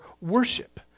worship